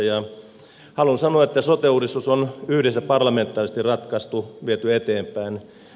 haluan sanoa että sote uudistus on yhdessä parlamentaarisesti ratkaistu viety eteenpäin